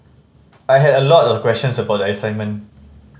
I had a lot of questions about the assignment